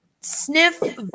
sniff